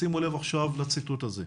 תשימו לב עכשיו לציטוט הזה: